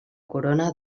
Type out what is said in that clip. corona